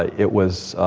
it was,